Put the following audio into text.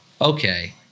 okay